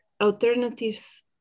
alternatives